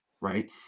right